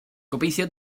gobeithio